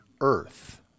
earth